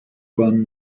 bahn